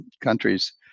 countries